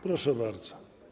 Proszę bardzo.